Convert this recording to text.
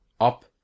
up